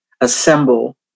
assemble